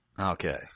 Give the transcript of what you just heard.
Okay